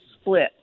split